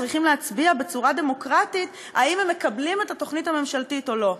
צריכים להצביע בצורה דמוקרטית אם הם מקבלים את התוכנית הממשלתית או לא.